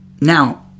Now